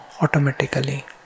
automatically